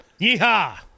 Yeehaw